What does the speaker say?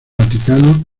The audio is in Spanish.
vaticano